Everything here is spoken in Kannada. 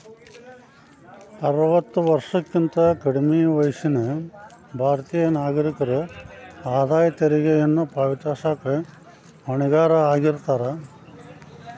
ಅರವತ್ತ ವರ್ಷಕ್ಕಿಂತ ಕಡ್ಮಿ ವಯಸ್ಸಿನ ಭಾರತೇಯ ನಾಗರಿಕರ ಆದಾಯ ತೆರಿಗೆಯನ್ನ ಪಾವತಿಸಕ ಹೊಣೆಗಾರರಾಗಿರ್ತಾರ